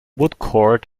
woodcourt